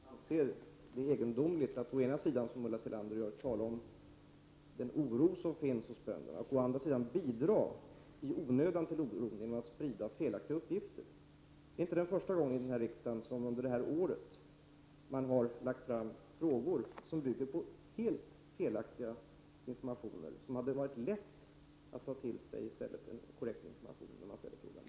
Fru talman! Det är egendomligt att Ulla Tillander å ena sidan talar om den oro som finns hos bönderna och å andra sidan bidrar, i onödan, till oron genom att sprida felaktiga uppgifter. Det är inte första gången under det här året som man i riksdagen har ställt frågor som bygger på helt felaktig information, där det hade varit lätt att ta till sig korrekt information.